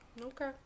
Okay